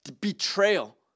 betrayal